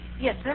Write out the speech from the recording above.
Yes